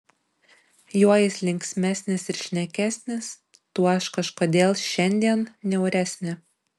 juo jis linksmesnis ir šnekesnis tuo aš kažkodėl šiandien niauresnė